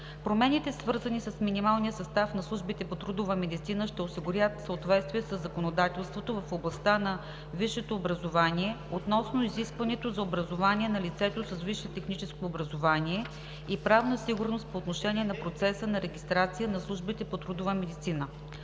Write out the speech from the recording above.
Промените, свързани с минималния състав на службите по трудова медицина ще осигурят съответствие със законодателството в областта на висшето образование относно изискването за образование на лицето с висше техническо образование и правна сигурност по отношение на процеса на регистрация на Службите по трудова медицина.